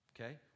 Okay